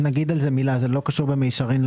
זה לא קשור במישרין.